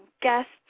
guests